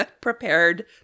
prepared